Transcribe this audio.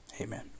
Amen